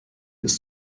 ist